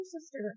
sister